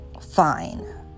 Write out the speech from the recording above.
fine